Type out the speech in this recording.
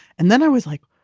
and then i was like,